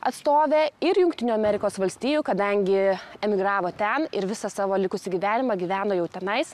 atstovė ir jungtinių amerikos valstijų kadangi emigravo ten ir visą savo likusį gyvenimą gyveno jau tenais